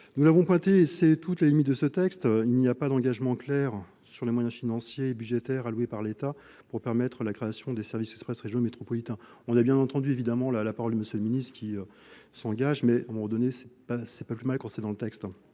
nous l'avons pointé, c'est toutes les limites de ce texte il n'y a pas d'engagement clair sur les moyens financiers et budgétaires alloués par l'état pour permettre la création des services express on a bien entendu évidemment, la parole de M.. le ministre qui s'engage mais donnés mal quand c'est dans le texte